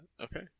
Okay